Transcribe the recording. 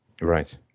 Right